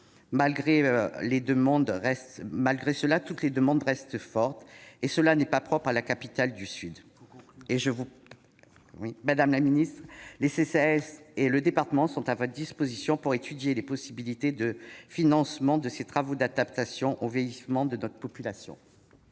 Malgré cela, la demande reste forte, et cela n'est pas propre à la capitale du sud. Madame la ministre, les CCAS et le département sont à votre disposition pour étudier les possibilités de financement de ces travaux d'adaptation au vieillissement de notre population.